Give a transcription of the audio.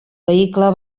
vehicle